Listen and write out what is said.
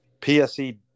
PSE